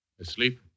Asleep